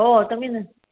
हो तुम्ही ना